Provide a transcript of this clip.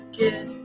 get